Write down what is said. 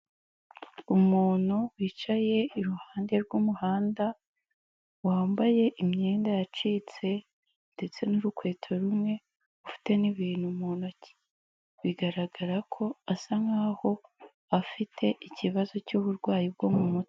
Umuntu wicaye iruhande rw'umuhanda, wambaye imyenda yacitse ndetse n'urukweto rumwe, ufite n'ibintu mu ntoki. Bigaragara ko asa nk'aho afite ikibazo cy'uburwayi bwo mu mutwe.